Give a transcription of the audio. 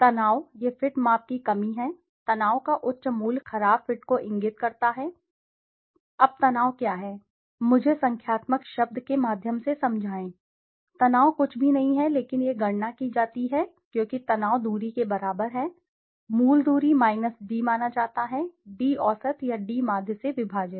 तनाव यह फिट माप की कमी है तनाव का उच्च मूल्य खराब फिट को इंगित करता है अब तनाव क्या है मुझे संख्यात्मक शब्द के माध्यम से समझाएं तनाव कुछ भी नहीं है लेकिन यह गणना की जाती है क्योंकि तनाव दूरी के बराबर है मूल दूरी माइनस डी माना जाता है d औसत या d माध्य से विभाजित